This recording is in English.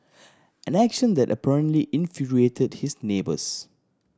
an action that apparently infuriated his neighbours